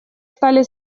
стали